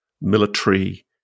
military